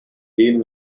dean